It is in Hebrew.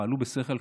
פעלו בשכל.